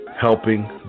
helping